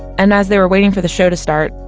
and as they were waiting for the show to start,